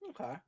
okay